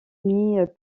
nuit